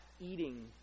eating